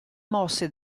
mosse